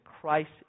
Christ